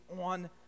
on